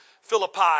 Philippi